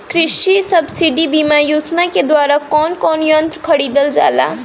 कृषि सब्सिडी बीमा योजना के द्वारा कौन कौन यंत्र खरीदल जाला?